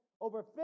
over